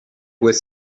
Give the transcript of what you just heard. with